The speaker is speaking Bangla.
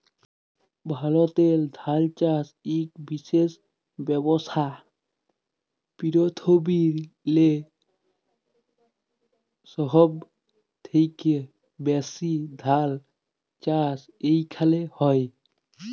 ভারতেল্লে ধাল চাষ ইক বিশেষ ব্যবসা, পিরথিবিরলে সহব থ্যাকে ব্যাশি ধাল চাষ ইখালে হয়